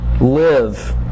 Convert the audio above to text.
live